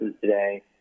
today